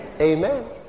Amen